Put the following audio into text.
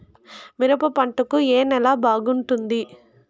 మిరప పంట కు ఏ నేల బాగుంటుంది?